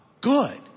Good